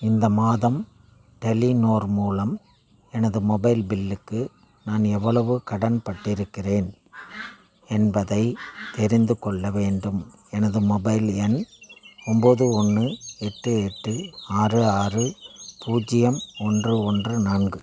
இந்த மாதம் டெலிநோர் மூலம் எனது மொபைல் பில்லுக்கு நான் எவ்வளவு கடன் பட்டிருக்கிறேன் என்பதை தெரிந்துகொள்ள வேண்டும் எனது மொபைல் எண் ஒம்போது ஒன்று எட்டு எட்டு ஆறு ஆறு பூஜ்ஜியம் ஒன்று ஒன்று நான்கு